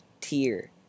tier